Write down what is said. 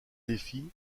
défi